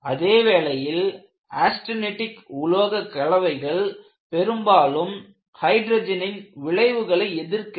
அதே வேளையில் ஆஸ்டெனிடிக் உலோகக்கலவைகள் பெரும்பாலும் ஹைட்ரஜனின் விளைவுகளை எதிர்க்கிறது